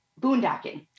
Boondocking